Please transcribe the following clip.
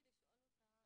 אני רציתי לשאול אותה.